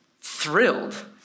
thrilled